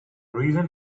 reason